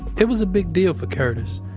it was a big deal for curtis,